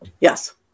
Yes